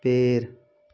पेड़